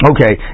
Okay